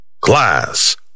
class